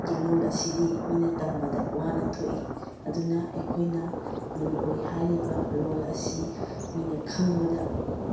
ꯂꯣꯜ ꯑꯁꯤꯗꯤ ꯃꯤꯅ ꯇꯝꯕꯗ ꯋꯥꯅ ꯊꯣꯛꯏ ꯑꯗꯨꯅ ꯑꯩꯈꯣꯏꯅ ꯃꯅꯤꯄꯨꯔꯤ ꯍꯥꯏꯔꯤꯕ ꯂꯣꯜ ꯑꯁꯤ ꯃꯤꯅ ꯈꯪꯕꯗ